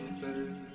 better